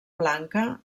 blanca